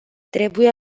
trebuie